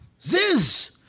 Ziz